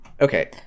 okay